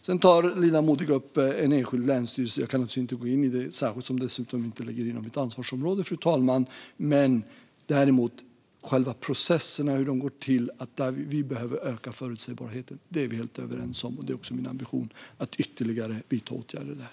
Linda Modig tar upp en enskild länsstyrelse; jag kan inte gå in i det, särskilt eftersom det inte ligger inom mitt ansvarsområde, fru talman. När det gäller hur själva processerna går till är vi helt överens om att vi behöver öka förutsägbarheten, och det är också min ambition att vidta ytterligare åtgärder där.